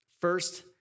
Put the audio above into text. First